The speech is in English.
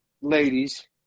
ladies